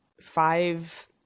five